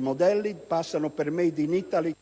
modello: passano per *made in Italy*